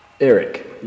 Eric